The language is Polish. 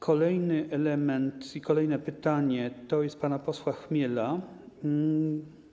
Kolejny element i kolejne pytanie to pytanie pana posła Chmiela.